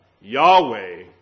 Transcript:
Yahweh